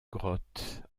grotte